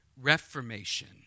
reformation